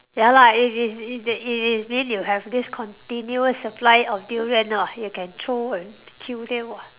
ya lah if is it they it is mean you have this continuous supply of durian !wah! you can throw and kill them [what]